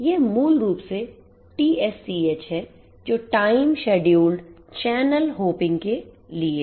यह मूल रूप से TSCH है जो टाइम शेड्यूल्ड चैनल होपिंग के लिए है